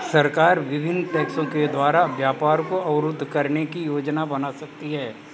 सरकार विभिन्न टैक्सों के द्वारा व्यापार को अवरुद्ध करने की योजना बना सकती है